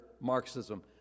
Marxism